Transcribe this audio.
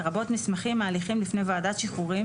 לרבות מסמכים מהליכים לפני ועדת שחרורים